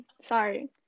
sorry